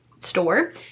store